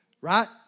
right